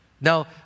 Now